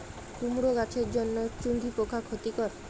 কুমড়ো গাছের জন্য চুঙ্গি পোকা ক্ষতিকর?